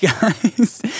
guys